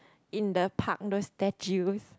in the park those statues